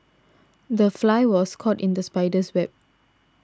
the fly was caught in the spider's web